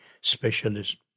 specialist